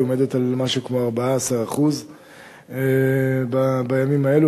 היא עומדת על משהו כמו 14% בימים האלו,